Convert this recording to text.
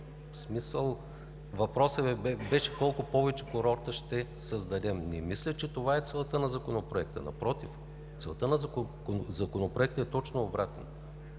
Въпросът Ви беше: колко повече курорти ще създадем? Не мисля, че това е целта на Законопроекта. Напротив, целта на Законопроекта е точно обратно